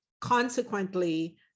consequently